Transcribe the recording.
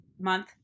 month